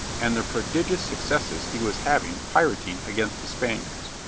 and the prodigious successes he was having pirating against the spaniards.